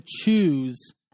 choose